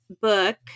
book